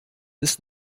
ist